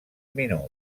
minuts